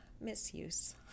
misuse